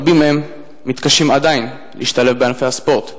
רבים מהם מתקשים עדיין להשתלב בענפי הספורט.